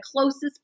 closest